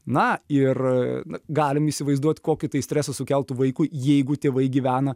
na ir a galim įsivaizduot kokį tai stresą sukeltų vaikui jeigu tėvai gyvena